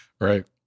Right